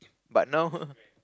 but now